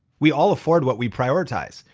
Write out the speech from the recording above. we all afford what we prioritize.